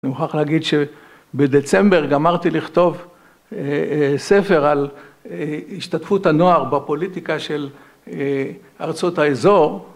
אני מוכרח להגיד שבדצמבר גמרתי לכתוב ספר על השתתפות הנוער בפוליטיקה של ארצות האזור.